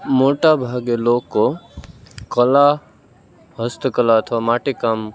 મોટા ભાગે લોકો કલા હસ્તકલા અથવા માટી કામ